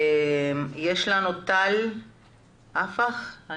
טל פוקס מהאפוטרופוס הכללי.